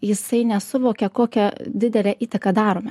jisai nesuvokia kokią didelę įtaką darome